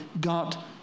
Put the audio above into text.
got